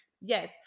yes